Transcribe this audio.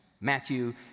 Matthew